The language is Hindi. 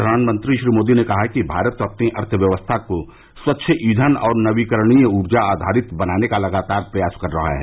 प्रधानमंत्री श्री मोदी ने कहा कि भारत अपनी अर्थव्यवस्था को स्वच्छ ईंघन और नवीकरणीय ऊर्जा आधारित बनाने का लगातार प्रयास कर रहा है